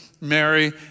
Mary